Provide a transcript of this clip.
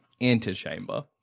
antechamber